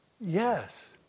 Yes